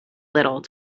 little